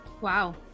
Wow